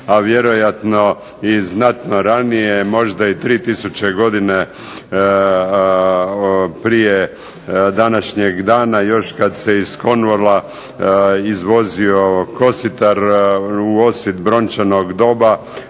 a vjerojatno i znatno ranije, možda i 3 tisuće godina prije današnjeg dana, još kad se iz …/Govornik se ne razumije./… izvozio kositar, u osvit brončanog doba